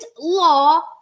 law